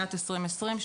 שנת 2020,